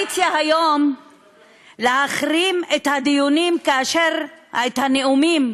היום להחרים את הנאומים